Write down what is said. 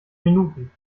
minuten